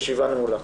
תודה, הישיבה נעולה.